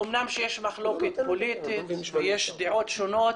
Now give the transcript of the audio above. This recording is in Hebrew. אמנם שיש מחלוקת פוליטית, יש דעות שונות